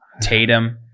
Tatum